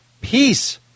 peace